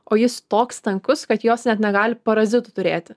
o jis toks tankus kad jos net negali parazitų turėti